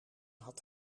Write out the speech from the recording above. had